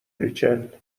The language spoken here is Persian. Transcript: ریچل